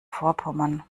vorpommern